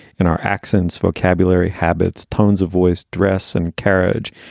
in our accents, vocabulary, habits, tones of voice, dress and carriage.